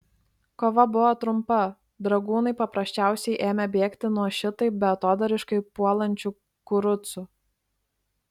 kova buvo trumpa dragūnai paprasčiausiai ėmė bėgti nuo šitaip beatodairiškai puolančių kurucų